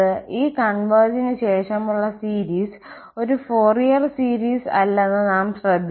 ഈ കോൺവെർജിനു ശേഷമുള്ള സീരീസ് ഒരു ഫൊറിയർ പരമ്പരയല്ലെന്ന് നാം ശ്രദ്ധിക്കണം